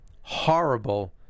horrible